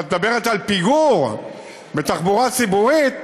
כשאת מדברת על פיגור בתחבורה הציבורית,